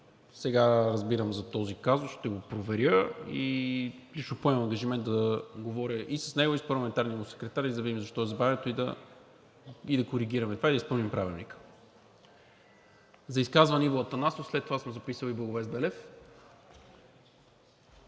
сега разбирам за този казус – ще го проверя и лично поемам ангажимент да говоря и с него, и с парламентарния му секретар да видим защо е забавянето, и да коригираме това, за да изпълним Правилника. За изказване Иво Атанасов. След това съм записал Благовест Белев.